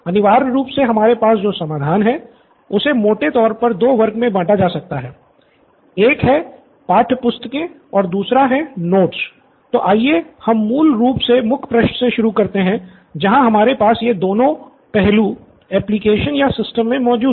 अनिवार्य रूप से हमारे पास जो समाधान है उसे मोटे तौर पर दो वर्ग मे बाँटा जा सकता है एक है पाठ्यपुस्तके और दूसरा है नोट्स तो आइए हम एक मूल मुख पृष्ठ से शुरू करते हैं जहां हमारे पास ये दोनों पहलू एप्लिकेशन या सिस्टम मे मौजूद हैं